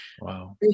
Wow